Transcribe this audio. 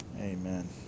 Amen